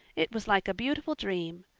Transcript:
it was like a beautiful dream!